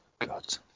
God